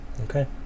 Okay